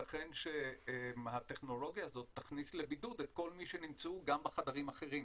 ייתכן שהטכנולוגיה הזאת תכניס לבידוד את כל מי שנמצאו גם בחדרים אחרים